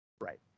Right